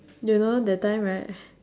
you know that time right